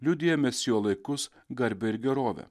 liudija mesijo laikus garbę ir gerovę